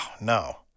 no